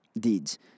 deeds